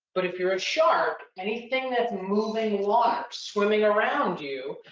but if you're a shark, anything that's moving, watch, swimming around you,